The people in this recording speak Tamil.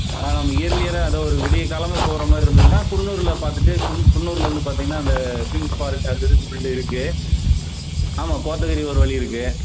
ஆ நம்ம இயர்லியராக ஏதோ ஒரு விடிய காலம்பர போகிற மாதிரி இருந்ததுனால் குன்னூரில் பார்த்துட்டு குன் குன்னூர்லருந்து பார்த்தீங்கனா அந்த சிம்ஸ் பார்க்கு அது இதுன்னு சொல்லிகிட்டு இருக்குது ஆமாம் கோத்தகிரி ஒரு வழி இருக்குது